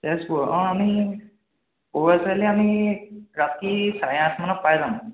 তেজপুৰ অঁ আমি পৰুৱা চাৰিআলি আমি ৰাতি চাৰে আঠ মানত পাই যাম